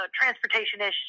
transportation-ish